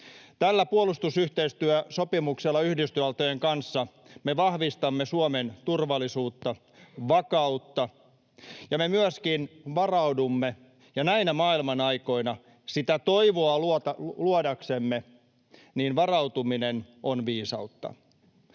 Tällä puolustusyhteistyösopimuksella Yhdysvaltojen kanssa me vahvistamme Suomen turvallisuutta ja vakautta ja me myöskin varaudumme, ja näinä maailmanaikoina sitä toivoa luodaksemme varautuminen on viisautta.